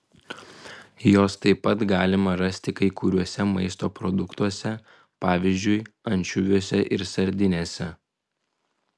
jos taip pat galima rasti kai kuriuose maisto produktuose pavyzdžiui ančiuviuose ir sardinėse